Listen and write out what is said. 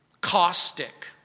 caustic